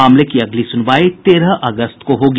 मामले की अगली सुनवाई तेरह अगस्त को होगी